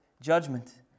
judgment